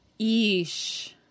Eesh